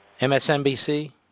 MSNBC